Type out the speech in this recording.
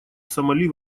сомали